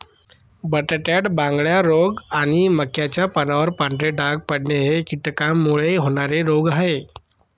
बटाट्यात बांगड्या रोग आणि मक्याच्या पानावर पांढरे डाग पडणे हे कीटकांमुळे होणारे रोग आहे